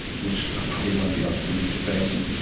which i probably won't be able to give you for verbatim,